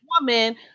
woman